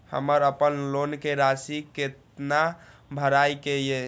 हमर अपन लोन के राशि कितना भराई के ये?